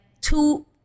two